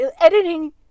editing